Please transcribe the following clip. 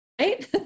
right